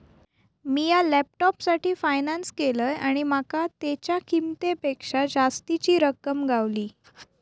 मिया लॅपटॉपसाठी फायनांस केलंय आणि माका तेच्या किंमतेपेक्षा जास्तीची रक्कम गावली